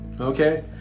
Okay